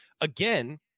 again